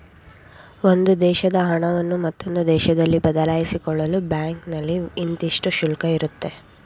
ಒಂದು ದೇಶದ ಹಣವನ್ನು ಮತ್ತೊಂದು ದೇಶದಲ್ಲಿ ಬದಲಾಯಿಸಿಕೊಳ್ಳಲು ಬ್ಯಾಂಕ್ನಲ್ಲಿ ಇಂತಿಷ್ಟು ಶುಲ್ಕ ಇರುತ್ತೆ